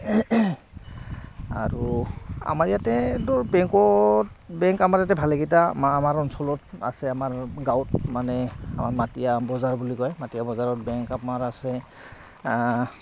আৰু আমাৰ ইয়াতে ধৰক বেংকত বেংক আমাৰ ইয়াতে ভালেকেইটা আম আমাৰ অঞ্চলত আছে আমাৰ গাঁৱত মানে আমাৰ মাটিয়া বজাৰ বুলি কয় মাটিয়া বজাৰত বেংক আমাৰ আছে